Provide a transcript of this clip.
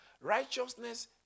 righteousness